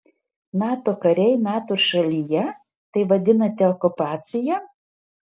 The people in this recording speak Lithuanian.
nato kariai nato šalyje tai vadinate okupacija